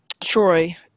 troy